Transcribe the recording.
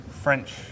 French